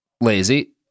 lazy